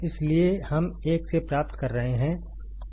इसलिए हम 1 से प्राप्त कर रहे हैं